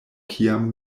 kiam